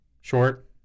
Short